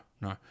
no